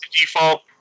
default